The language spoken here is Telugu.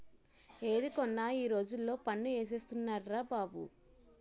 ఏది కొన్నా ఈ రోజుల్లో పన్ను ఏసేస్తున్నార్రా బాబు